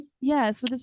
Yes